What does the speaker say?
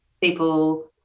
people